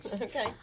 Okay